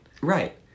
Right